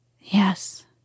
Yes